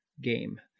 game